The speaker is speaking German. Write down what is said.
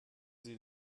sie